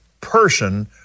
person